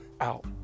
out